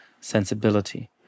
sensibility